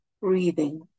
breathing